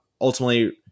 ultimately